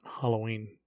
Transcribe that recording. Halloween-